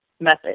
method